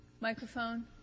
Microphone